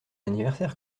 anniversaire